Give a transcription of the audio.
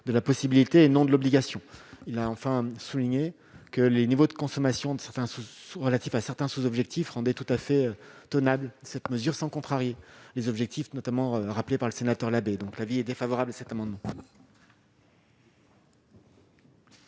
de la possibilité et non de l'obligation, il a enfin souligné que les niveaux de consommation de certains se relatifs à certains sous objectifs rendait tout à fait tenable cette mesure sans contrarier les objectifs notamment rappelé par le sénateur abbé donc l'avis est défavorable à cet amendement.